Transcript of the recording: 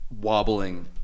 wobbling